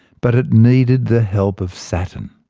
but it needed the help of saturn.